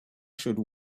should